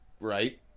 right